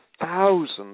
thousands